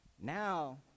now